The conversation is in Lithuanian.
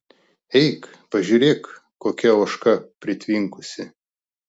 eik pažiūrėk kokia ožka pritvinkusi